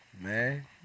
Man